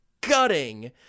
gutting